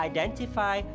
Identify